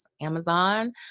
Amazon